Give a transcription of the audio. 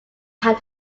had